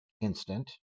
instant